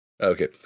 Okay